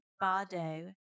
Bardo